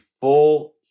full